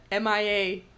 MIA